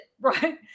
right